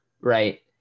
right